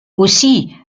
aussi